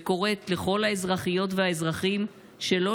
וקוראת לכל האזרחיות והאזרחים שלא